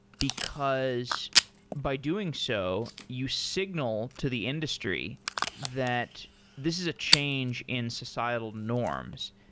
because by doing so, you signal to the industry that this is a change in societal norms.